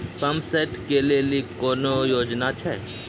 Pump set केलेली कोनो योजना छ?